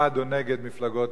להשיב.